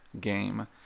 game